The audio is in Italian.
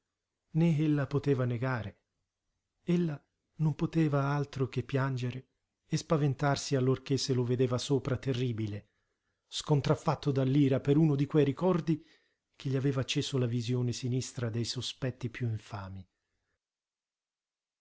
né ella poteva negare ella non poteva altro che piangere e spaventarsi allorché se lo vedeva sopra terribile scontraffatto dall'ira per uno di quei ricordi che gli aveva acceso la visione sinistra dei sospetti piú infami